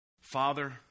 Father